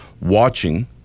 watching